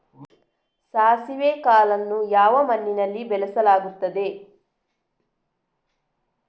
ಸಾಸಿವೆ ಕಾಳನ್ನು ಯಾವ ಮಣ್ಣಿನಲ್ಲಿ ಬೆಳೆಸಲಾಗುತ್ತದೆ?